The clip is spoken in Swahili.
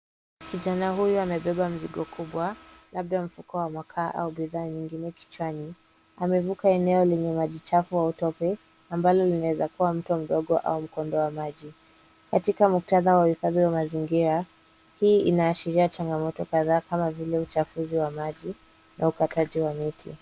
Kijana huyu amepepa mizigo kubwa, labda mfugo ya makaa au bidhaa nyingine kichwani. amevuka eneo lenye maji chafu au tope ambalo linaweza kuwa mto mdogo au mkondo wa maji. Katika muktata wa hifadi wa mazingira, hii inaashiria chakamoto kadhaa na vile uchafu wa maji na ukataji wa miti.